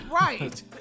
right